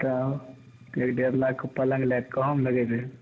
तऽ एक डेढ़ लाखके पलङ्ग लागि कऽ हम लगेबै